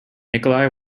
nikola